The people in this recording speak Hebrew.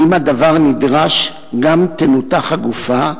ואם הדבר נדרש, גם תנותח הגופה,